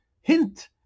hint